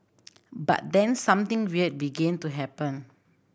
but then something weird began to happen